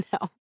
no